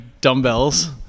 dumbbells